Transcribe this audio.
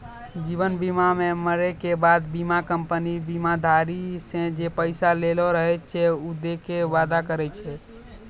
जीवन बीमा मे मरै के बाद बीमा कंपनी बीमाधारी से जे पैसा लेलो रहै छै उ दै के वादा करै छै